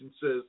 says